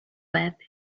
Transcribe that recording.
web